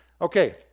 Okay